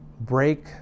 Break